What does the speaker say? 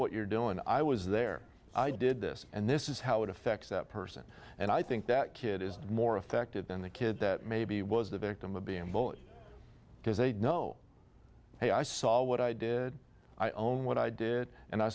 what you're doing i was there i did this and this is how it affects that person and i think that kid is more affected than the kid that maybe was the victim of being bullied because they know hey i saw what i did i own what i did and i